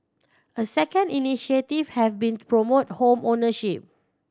a second initiative have been promote home ownership